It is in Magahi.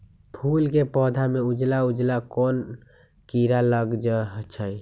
फूल के पौधा में उजला उजला कोन किरा लग जई छइ?